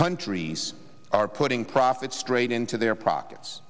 entries are putting profits straight into their profits